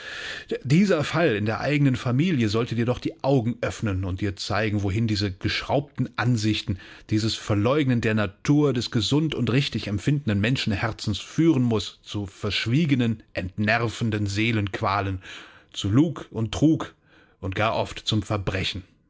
dieser fall in der eigenen familie sollte dir doch die augen öffnen und dir zeigen wohin diese geschraubten ansichten dieses verleugnen der natur des gesund und richtig empfindenden menschenherzens führen muß zu verschwiegenen entnervenden seelenqualen zu lug und trug und gar oft zum verbrechen